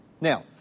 Now